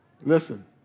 Listen